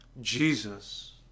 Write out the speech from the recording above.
Jesus